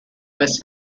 was